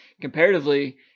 Comparatively